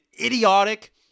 idiotic